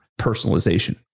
personalization